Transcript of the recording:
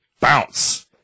bounce